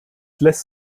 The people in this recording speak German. lässt